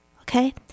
okay